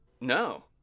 no